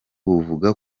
buvuga